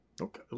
Okay